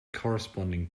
corresponding